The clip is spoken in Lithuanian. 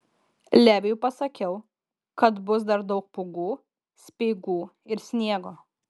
leviui pasakiau kad bus dar daug pūgų speigų ir sniego